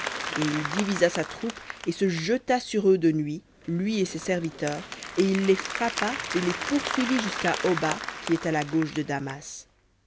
et il divisa sa troupe et se jeta sur eux de nuit lui et ses serviteurs et il les frappa et les poursuivit jusqu'à hoba qui est à la gauche de damas